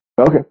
Okay